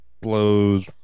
blows